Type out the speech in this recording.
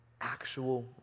Actual